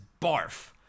barf